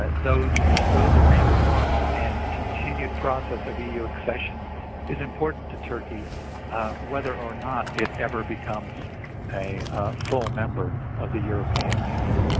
ah those those reforms and continued process of eu accession is important to turkey whether or not it ever becomes a full member of the european union.